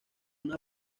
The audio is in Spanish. una